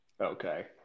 okay